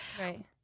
Right